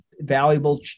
valuable